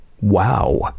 Wow